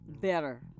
better